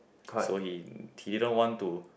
so he didn't want to